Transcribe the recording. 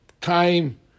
time